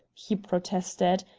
he protested,